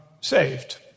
saved